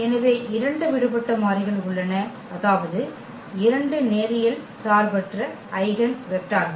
எனவே இரண்டு விடுபட்ட மாறிகள் உள்ளன அதாவது 2 நேரியல் சார்பற்ற ஐகென் வெக்டர்கள்